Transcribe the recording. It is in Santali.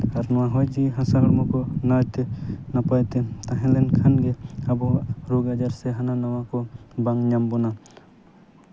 ᱟᱨ ᱱᱚᱣᱟ ᱦᱚᱭ ᱡᱤᱣᱤ ᱦᱟᱥᱟ ᱦᱚᱲᱢᱚ ᱠᱚ ᱱᱟᱭᱛᱮ ᱱᱟᱯᱟᱭᱛᱮ ᱛᱟᱦᱮᱸ ᱞᱮᱱᱠᱷᱟᱱ ᱜᱮ ᱟᱵᱚᱣᱟᱜ ᱨᱳᱜᱽ ᱟᱡᱟᱨ ᱥᱮ ᱦᱟᱱᱟ ᱱᱚᱣᱟ ᱠᱚ ᱵᱟᱝ ᱧᱟᱢ ᱵᱚᱱᱟ